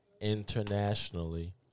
internationally